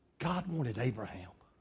god and wanted abraham